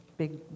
big